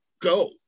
go